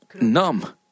numb